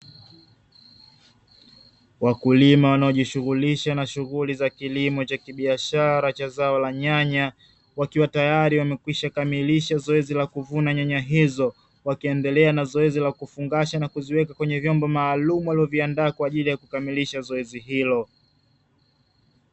Wakulima wanao jishughulisha na shughuli za kilimo cha kibiashara cha zao la nyanya, wakiwa tayari wamekwisha kamilisha zoezi lakuvuna nyanya hizo, wakiendelea na zoezi la kufungasha, na kuziweka kwenye vyombo maalumu walivyo viandaa kwaajili ya kukakilisha zoezi hilo.